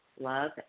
love